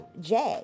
Jag